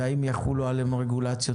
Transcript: והאם יחולו עליהן רגולציות